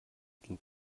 ging